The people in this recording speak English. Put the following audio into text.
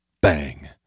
Bang